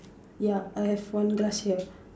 ya I have one glass here